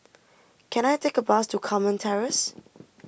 can I take a bus to Carmen Terrace